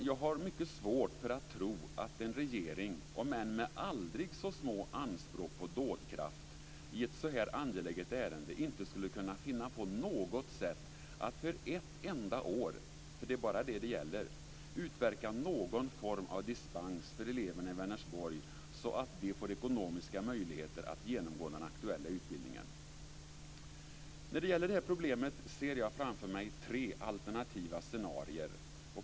Jag har mycket svårt att tro att en regering, om än med aldrig så små anspråk på dådkraft, i ett så här angeläget ärende inte skulle kunna finna på något sätt att för ett enda år - för det är bara ett år det gäller - utverka någon form av dispens för eleverna i Vänersborg, så att de får ekonomiska möjligheter att genomgå den aktuella utbildningen. När det gäller detta problem ser jag framför mig tre alternativa scenarier.